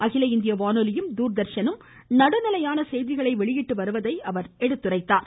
அகில இந்திய வானொலியும் தூர்தர்ஷனும் நடுநிலையான செய்திகளை வெளியிட்டு வருவதை அவர் சுட்டிக்காட்டினார்